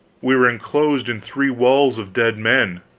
we were enclosed in three walls of dead men!